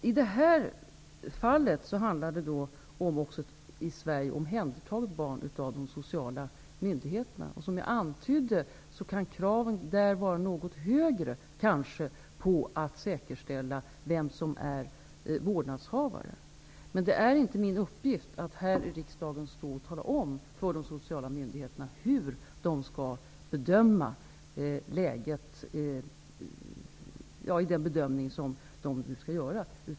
I det här fallet handlar det om ett i Sverige av de sociala myndigheterna omhändertaget barn. Som jag antydde är kraven kanske något högre när det gäller att säkerställa vem som är vårdnadshavare. Men det är inte min uppgift att här i riksdagen tala om för de sociala myndigheterna hur de skall bedöma läget i detta fall.